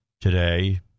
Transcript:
today